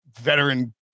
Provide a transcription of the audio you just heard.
veteran